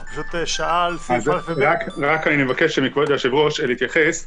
אנחנו פשוט --- אני רק מבקש מכבוד היושב-ראש להתייחס: